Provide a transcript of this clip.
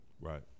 Right